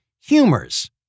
humors